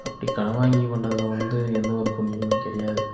அப்படி கடன் வாங்கி பண்றதில் வந்து எந்த ஒரு புண்ணியமும் கிடையாது